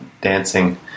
dancing